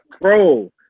bro